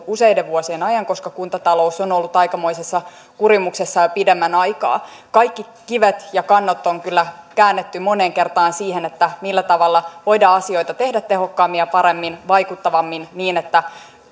useiden vuosien ajan koska kuntatalous on on ollut aikamoisessa kurimuksessa jo pidemmän aikaa kaikki kivet ja kannot on kyllä käännetty moneen kertaan siinä millä tavalla voidaan asioita tehdä tehokkaammin ja paremmin vaikuttavammin niin että